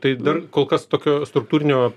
tai dar kol kas tokio struktūrinio